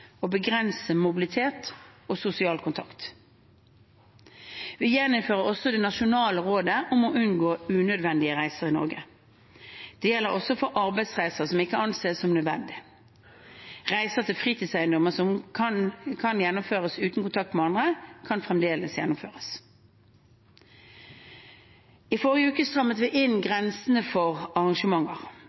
begrense mobilitet og sosial kontakt. Vi gjeninnfører også det nasjonale rådet om å unngå unødvendige reiser i Norge. Det gjelder også for arbeidsreiser som ikke anses som nødvendige. Reiser til fritidseiendommer som kan gjennomføres uten kontakt med andre, kan fremdeles gjennomføres. I forrige uke strammet vi inn grensene på arrangementer.